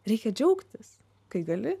reikia džiaugtis kai gali